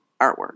artwork